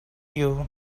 you